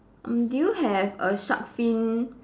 um do you have a shark fin